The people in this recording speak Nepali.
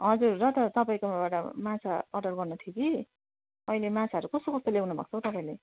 हजुर र त तपाईँकोबाट माछा अर्डर गर्नु थियो कि अहिले माछाहरू कस्तो कस्तो ल्याउनुभएको छ हौ तपाईँले